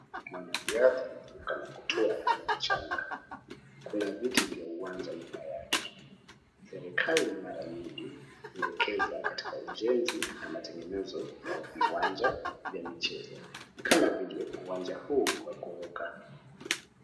Mwanariadha ameruka na kutua kwenye mchanga. Kuna viti vya uwanja nyuma yake. Serikali mara nyingi huwekeza katika ujenzi na matengenezo ya viwanja vya michezo kama vile uwanja huu wa kuruka.